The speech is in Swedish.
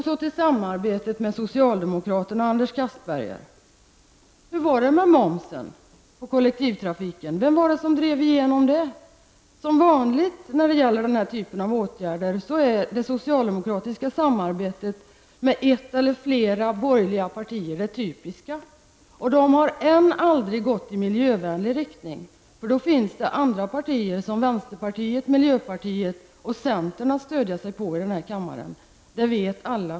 Så till samarbetet med socialdemokraterna, Anders Castberger! Hur var det med momsen på kollektivtrafiken? Vem drev igenom det beslutet? Som vanligt när det gäller den här typen av åtgärder är det socialdemokratiska samarbetet med ett eller flera borgerliga partier det typiska. Och de åtgärderna har ännu aldrig gått i miljövänlig riktning -- för då finns det andra partier, som vänsterpartiet, miljöpartiet och centern, att stödja sig på i den här kammaren.